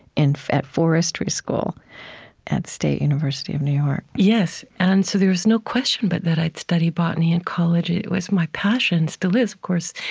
at forestry school at state university of new york yes. and so there was no question but that i'd study botany in college. it was my passion. still is, of course.